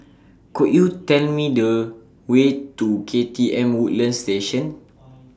Could YOU Tell Me The Way to K T M Woodlands Station